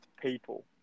people